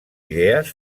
idees